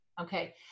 Okay